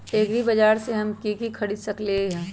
एग्रीबाजार से हम की की खरीद सकलियै ह?